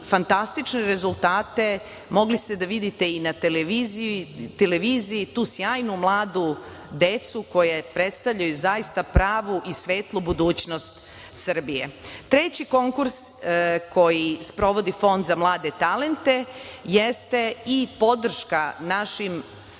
fantastične rezultate, mogli ste da vidite i na televiziji tu sjajnu mladu decu koja predstavljaju zaista pravu i svetlu budućnost Srbije. Treći konkurs koji sprovodi Fond za mlade talente jeste i podrška našim